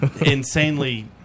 insanely